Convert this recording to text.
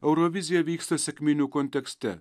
eurovizija vyksta sekminių kontekste